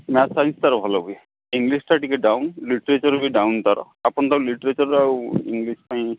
math science ତା'ର ଭଲ ହୁଏ ଇଂଲିଶଟା ଟିକେ ଡାଉନ୍ ଲିଟ୍ରେଚର୍ ବି ଡାଉନ୍ ତା'ର ଆପଣ ତାକୁ ଲିଟ୍ରେଚର୍ ଆଉ ଇଂଲିଶ ପାଇଁ